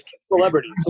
celebrities